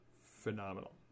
phenomenal